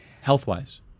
health-wise